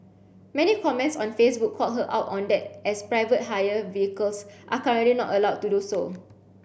many comments on Facebook called her out on that as private hire vehicles are currently not allowed to do so